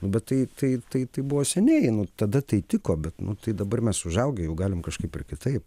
nu bet tai tai tai buvo seniai nu tada tai tiko bet nu tai dabar mes užaugę jau galim kažkaip ir kitaip